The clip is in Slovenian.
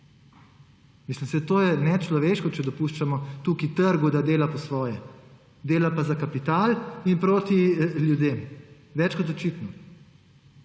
desne. Saj je nečloveško, če dopuščamo tukaj trgu, da dela po svoje. Dela pa za kapital in proti ljudem, več kot očitno.